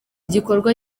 gikorwa